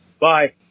Bye